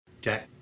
Jack